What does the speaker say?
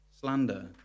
slander